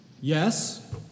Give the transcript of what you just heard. Yes